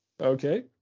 Okay